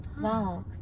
wow